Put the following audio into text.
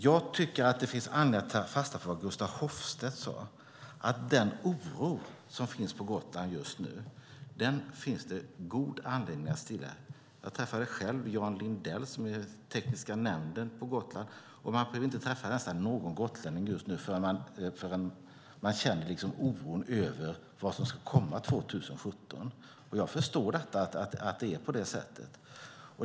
Jag tycker att det finns anledning att ta fasta på vad Gustaf Hoffstedt sade: Den oro som finns på Gotland just nu finns det god anledning att stilla. Jag träffade själv Jan Lindell från tekniska nämnden på Gotland. Man kan nästan inte träffa någon gotlänning utan att man känner oron över vad som ska komma 2017. Jag förstår att det är på det sättet.